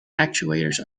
actuators